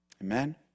Amen